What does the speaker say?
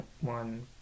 one